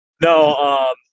no